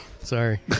Sorry